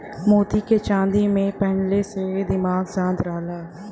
मोती के चांदी में पहिनले से दिमाग शांत रहला